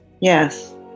Yes